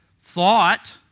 thought